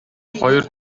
хоёр